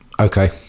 Okay